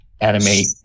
animate